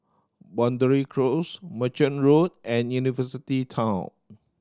Boundary Close Merchant Road and University Town